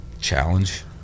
Challenge